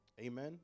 Amen